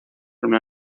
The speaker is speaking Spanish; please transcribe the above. una